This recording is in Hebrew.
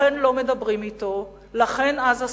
לכן לא מדברים אתו, לכן עזה סגורה,